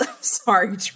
sorry